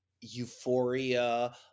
euphoria